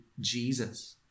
Jesus